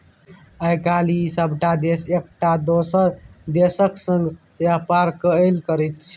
आय काल्हि सभटा देश एकटा दोसर देशक संग व्यापार कएल करैत छै